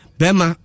bema